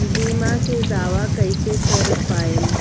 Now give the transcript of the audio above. बीमा के दावा कईसे कर पाएम?